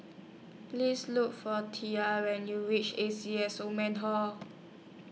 Please Look For Tia when YOU REACH A C S Old Man Hall